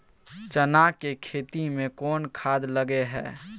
चना के खेती में कोन खाद लगे हैं?